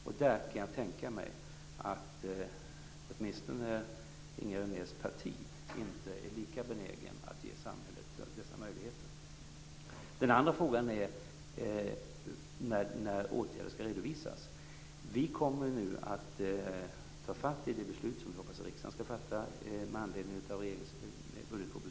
Och där kan jag tänka mig att åtminstone Inger Renés parti inte är lika benäget att ge samhället dessa möjligheter. Den andra frågan gäller när åtgärder skall redovisas. Vi kommer nu att ta tag i det beslut som vi hoppas att riksdagen skall fatta med anledning av budgetpropositionen.